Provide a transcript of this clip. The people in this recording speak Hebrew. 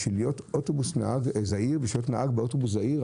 בשביל להיות נהג באוטובוס זעיר,